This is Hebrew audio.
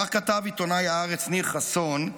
כך כתב עיתונאי הארץ ניר חסון,